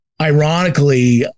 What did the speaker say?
ironically